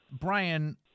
Brian